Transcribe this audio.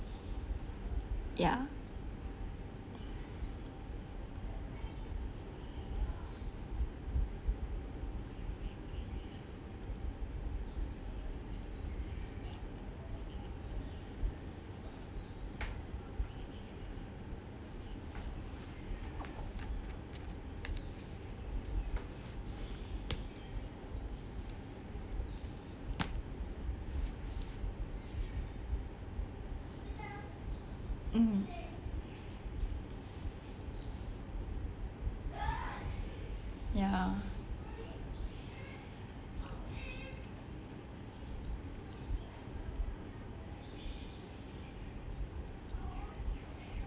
ya hmm ya